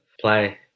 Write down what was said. play